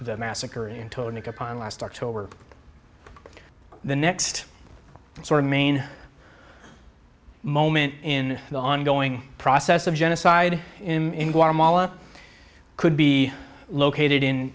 massacre in tone upon last october the next sort of main moment in the ongoing process of genocide in guatemala could be located in